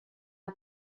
are